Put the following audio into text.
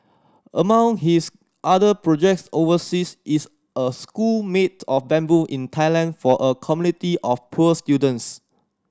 among his other projects overseas is a school made of bamboo in Thailand for a community of poor students